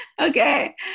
Okay